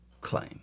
claim